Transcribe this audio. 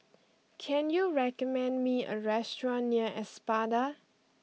can you recommend me a restaurant near Espada